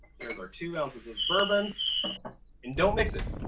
here's our two ounces of bourbon and don't mix it!